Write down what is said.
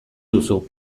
duzu